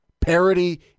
Parody